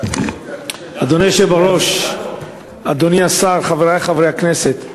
אדוני היושב בראש, אדוני השר, חברי חברי הכנסת,